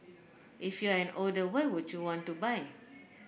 if you're an older why would you want to buy